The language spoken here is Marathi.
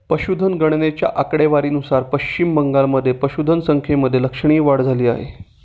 पशुधन गणनेच्या आकडेवारीनुसार पश्चिम बंगालमध्ये पशुधन संख्येमध्ये लक्षणीय वाढ झाली आहे